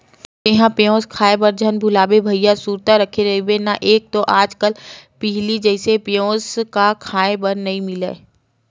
तेंहा पेयूस खवाए बर झन भुलाबे भइया सुरता रखे रहिबे ना एक तो आज कल पहिली जइसे पेयूस क खांय बर नइ मिलय